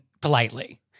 politely